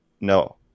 No